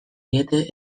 diete